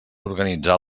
organitzar